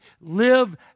live